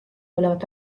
olevat